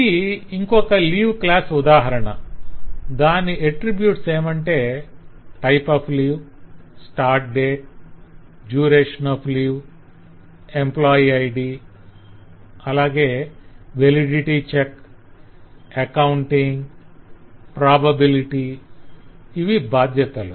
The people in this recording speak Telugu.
ఇది ఇంకొక లీవ్ క్లాసు ఉదాహరణ - దాని అట్రిబ్యూట్స్ ఏమంటే 'type of leave' 'start date' 'duration of leave' 'employee Id'అలాగే 'validity check' 'accounting' 'probability'ఇవి బాధ్యతలు